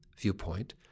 viewpoint